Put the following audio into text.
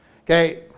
okay